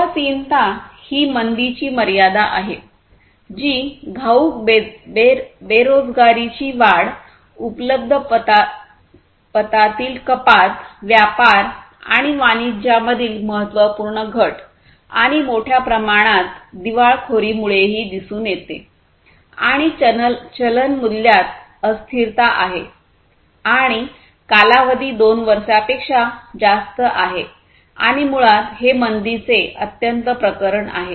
उदासीनता ही मंदीची मर्यादा आहे जी घाऊक बेरोजगारीची वाढ उपलब्ध पतातील कपात व्यापार आणि वाणिज्यातील महत्त्वपूर्ण घट आणि मोठ्या प्रमाणात दिवाळखोरीमुळेही दिसून येते आणि चलन मूल्यात अस्थिरता आहे आणि कालावधी दोन वर्षांपेक्षा जास्त आहे आणि मुळात हे मंदीचे अत्यंत प्रकरण आहे